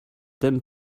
then